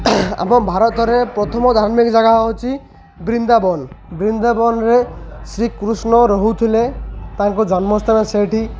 ଆମ ଭାରତରେ ପ୍ରଥମ ଧାର୍ମିକ ଜାଗା ହେଉଛି ବୃନ୍ଦାବନ ବୃନ୍ଦାବନରେ ଶ୍ରୀକୃଷ୍ଣ ରହୁଥିଲେ ତାଙ୍କ ଜନ୍ମସ୍ଥାନ ସେଇଠି